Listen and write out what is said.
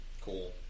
cool